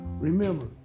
Remember